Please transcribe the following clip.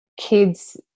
kids